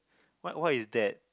what what is that